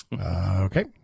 okay